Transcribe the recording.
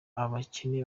abakene